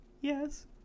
Yes